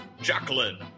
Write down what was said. Jacqueline